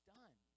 done